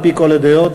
על-פי כל הדעות,